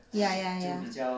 ya ya ya